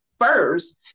first